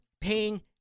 paying